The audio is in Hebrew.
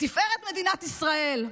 לתפארת מדינת ישראל,